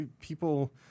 people